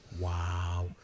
Wow